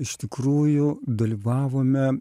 iš tikrųjų dalyvavome